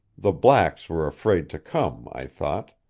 the blacks were afraid to come, i thought.